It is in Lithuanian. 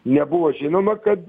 nebuvo žinoma kad